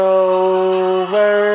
over